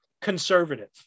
conservative